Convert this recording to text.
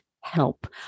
help